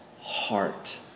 heart